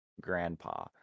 grandpa